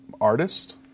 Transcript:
artist